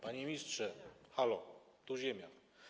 Panie ministrze, halo, tu Ziemia.